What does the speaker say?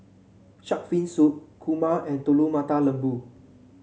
shark fin soup kurma and Telur Mata Lembu